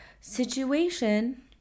situation